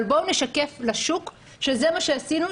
אבל בואו נשקף לשוק שזה מה שעשינו,